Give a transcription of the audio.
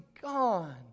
gone